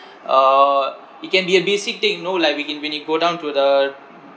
uh it can be a basic thing you know like we can when we go down to the